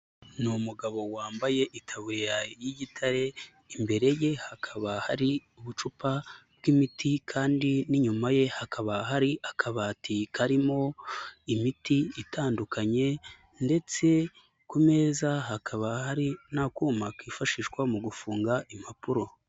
Ni umugabo wambaye itabuye y'igitare, imbere ye hakaba hari ubucupa bw'imiti kandi n'inyuma ye hakaba hari akabati karimo imiti itandukanye ndetse ku meza hakaba hari n'akuma kifashishwa mu gufunga impapuro.